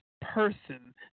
person